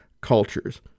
cultures